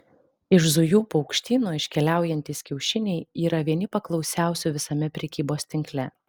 iš zujų paukštyno iškeliaujantys kiaušiniai yra vieni paklausiausių visame prekybos tinkle